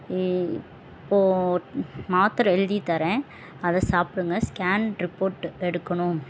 இ இப்போது மாத்திரை எழுதி தரேன் அதை சாப்பிடுங்க ஸ்கேன் ரிப்போர்ட் எடுக்கணும்